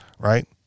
right